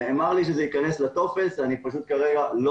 נאמר לי שזה ייכנס לטופס וכרגע אני לא